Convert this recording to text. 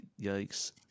yikes